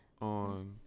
On